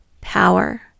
power